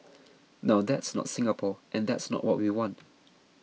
now that's not Singapore and that's not what we want